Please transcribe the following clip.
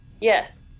Yes